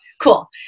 cool